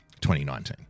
2019